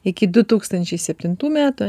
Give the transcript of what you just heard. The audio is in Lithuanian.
iki du tūkstančiai septintų metų